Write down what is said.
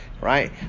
Right